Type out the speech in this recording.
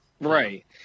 Right